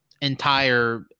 entire